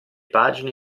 pagine